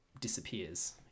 disappears